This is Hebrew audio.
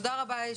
תודה רבה.